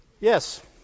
Yes